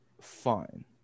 fine